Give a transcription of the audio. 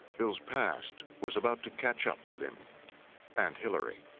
bill's past was about to catch up with him and hillary.